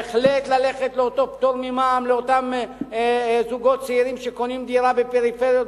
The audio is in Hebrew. בהחלט ללכת לאותו פטור ממע"מ לאותם זוגות צעירים שקונים דירה בפריפריות,